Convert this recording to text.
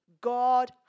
God